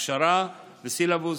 הכשרה ופורסם סילבוס.